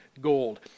gold